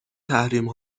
تحریم